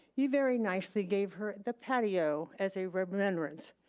you very nicely gave her the patio, as a remembrance.